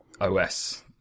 OS